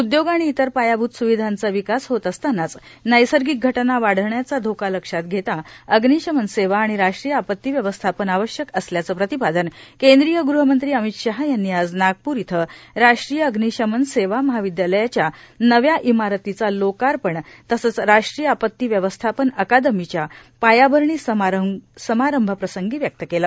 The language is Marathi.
उदयोग आणि इतर पायाभूत स्विधांचा विकास होत असतांनाच नैसर्गिक घटना वाढण्याचा धोका लक्षात घेता अग्निशमन सेवा आणि राष्ट्रीय आपती व्यवस्थापन आवश्यक असल्याचं प्रतिपादन केंद्रिय गृहमंत्री अमित शाह यांनी आज नागपूर इथं राष्ट्रीय अग्निशमन सेवा महाविद्यालयाच्या नव्या इमारतीचा लोकार्पण तसंच राष्ट्रीय आपती व्यवस्थापन अकादमीच्या पायाभरणी समारंभाप्रकरणी व्यक्त केलं